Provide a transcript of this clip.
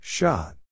Shot